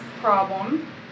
problem